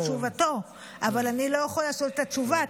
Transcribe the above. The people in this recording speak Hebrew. תשובתו אבל אני לא יכולה לשנות את התשובה,